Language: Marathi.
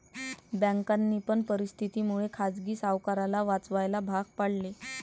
बँकांनी पण परिस्थिती मुळे खाजगी सावकाराला वाचवायला भाग पाडले